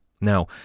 Now